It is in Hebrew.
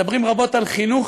מדברים רבות על חינוך.